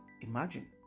Imagine